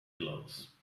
gloves